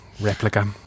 replica